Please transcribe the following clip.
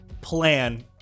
plan